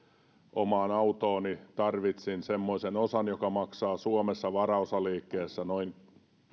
omaan autooni semmoisen osan joka maksaa suomessa varaosaliikkeessä noin